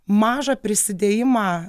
mažą prisidėjimą